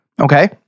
Okay